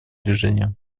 движения